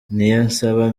niyonsaba